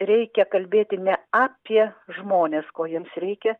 reikia kalbėti ne apie žmones ko jiems reikia